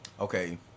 Okay